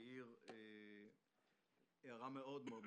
העיר הערה מאוד מאוד נכונה.